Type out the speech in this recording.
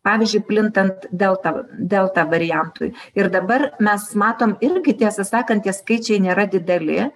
pavyzdžiui plintant delta delta variantui ir dabar mes matom irgi tiesą sakant tie skaičiai nėra dideli